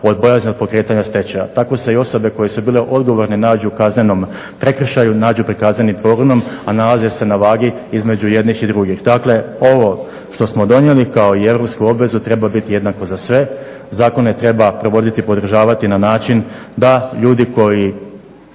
od bojazni od pokretanja stečaja. Tako se i osobe koje su bile odgovorne nađu u kaznenom prekršaju, nađu pred kaznenim progonom, a nalaze se na vagi između jednih i drugih. Dakle, ovo što smo donijeli kao i europsku obvezu treba biti jednako za sve. Zakone treba provoditi i podržavati na način da ljudi koji